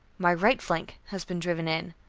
my right flank has been driven in.